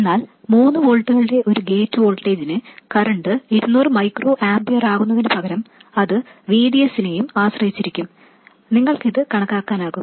എന്നാൽ മൂന്ന് വോൾട്ടുകളുടെ ഒരു ഗേറ്റ് വോൾട്ടേജിന് കറൻറ് ഇരുനൂറ് മൈക്രോ ആമ്പിയറാവുന്നതിന് പകരം അത് VDS നെയും ആശ്രയിച്ചിരിക്കും നിങ്ങൾക്ക് ഇത് കണക്കാക്കാനാകും